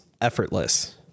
effortless